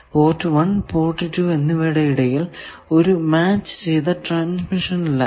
port 1 port 2 എന്നിവയുടെ ഇടയിൽ ഒരു മാച്ച് ചെയ്ത ട്രാൻസ്മിഷൻ ലൈൻ